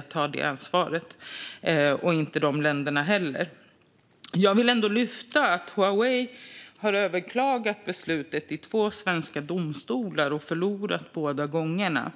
tagit detta ansvar, och inte heller de här länderna. Jag vill lyfta att Huawei har överklagat beslutet i två svenska domstolar och förlorat båda gångerna.